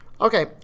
okay